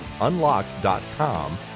Unlocked.com